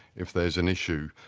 if there's an issue.